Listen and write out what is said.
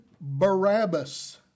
Barabbas